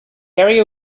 area